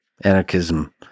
anarchism